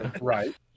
right